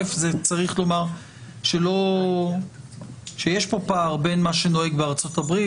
צריך לומר שיש פה פער בין מה שנוהג בארצות-הברית